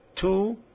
two